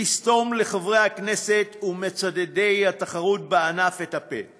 לסתום לחברי הכנסת ומצדדי התחרות בענף את הפה,